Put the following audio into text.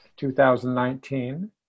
2019